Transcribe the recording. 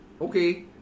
Okay